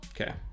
Okay